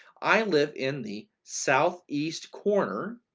i live in the south east corner